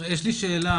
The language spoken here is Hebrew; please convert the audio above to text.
יש לי שאלה.